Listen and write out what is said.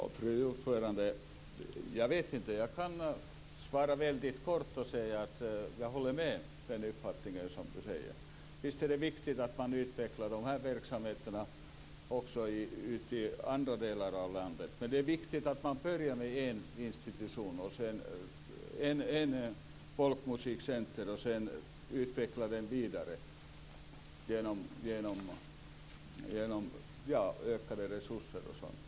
Fru talman! Jag vet inte. Jag kan svara väldigt kort och säga att jag instämmer i den uppfattning som Ewa Larsson har. Visst är det viktigt att man utvecklar dessa verksamheter också i andra delar av landet. Det är viktigt att man börjar med ett folkmusikcentrum som sedan kan utvecklas vidare genom ökade resurser och sådant.